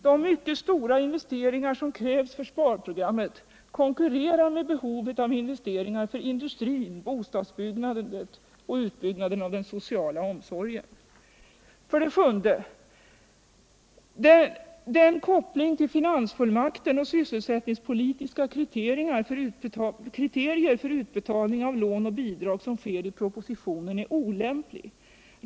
De mycket stora investeringar som krivs för sparprogrammet konkurrerar med behovet av investeringar för industrin, bostadsbyggandet och utbyggnaden av den sociala omsorgen. 7. Den koppling till finansfullmakten och till sysselsättningspolitiska kriterier för utbetalning av lån och bidrag som sker i propositionen är olämplig.